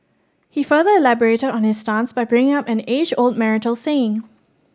he further elaborated on his stance by bringing up an age old marital saying